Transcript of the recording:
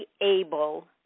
able